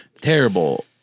terrible